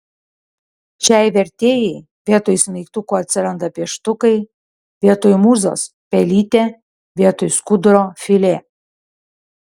šiai vertėjai vietoj smeigtukų atsiranda pieštukai vietoj mūzos pelytė vietoj skuduro filė